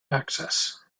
access